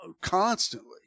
constantly